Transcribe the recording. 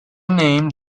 name